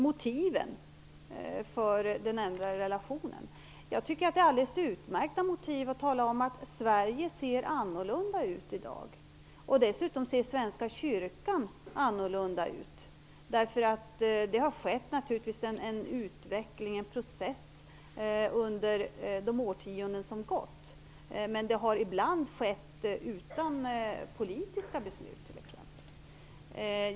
Motiven för den ändrade relationen tycker jag är alldeles utmärkta och talar om att Sverige ser annorlunda ut i dag. Dessutom ser Svenska kyrkan annorlunda ut i dag. Det har varit en utveckling under de årtionden som gått, ibland utan politiska beslut.